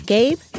Gabe